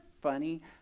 funny